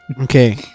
Okay